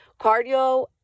Cardio